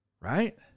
Right